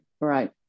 Right